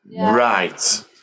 Right